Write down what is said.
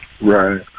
Right